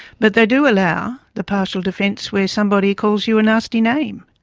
but they do allow the partial defence where somebody calls you a nasty name,